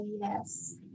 yes